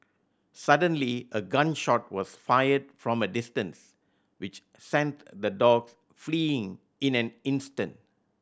suddenly a gun shot was fired from a distance which sent the dogs fleeing in in an instant